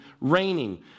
raining